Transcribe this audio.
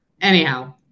Anyhow